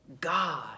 God